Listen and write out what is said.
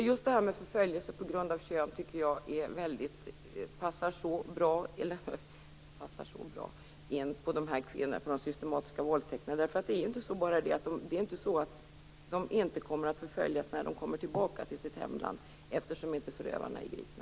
Just det här med förföljelse på grund av kön tycker jag passar så bra in på de systematiska våldtäkterna. Det är ju inte så att de inte kommer att förföljas när de kommer tillbaka till sitt hemland, eftersom förövarna inte är gripna.